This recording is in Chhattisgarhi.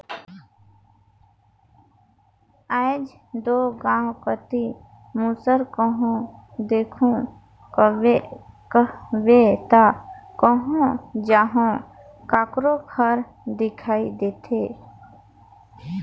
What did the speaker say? आएज दो गाँव कती मूसर कहो देखहू कहबे ता कहो जहो काकरो घर दिखई देथे